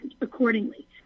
accordingly